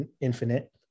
infinite